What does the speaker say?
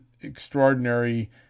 extraordinary